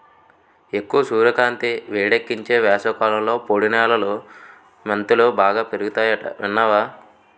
ఎక్కువ సూర్యకాంతి, వేడెక్కించే వేసవికాలంలో పొడి నేలలో మెంతులు బాగా పెరుగతాయట విన్నావా